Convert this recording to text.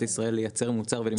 ישראל לייצר מוצר ולמכור אותו בהפסד.